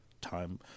time